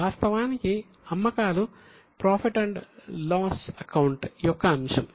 వాస్తవానికి అమ్మకాలు profit and loss account యొక్క అంశం